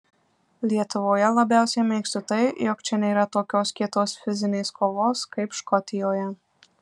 lietuvoje labiausiai mėgstu tai jog čia nėra tokios kietos fizinės kovos kaip škotijoje